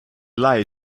lie